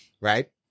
Right